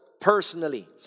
personally